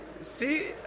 See